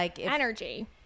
energy